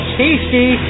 tasty